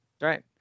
Right